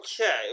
Okay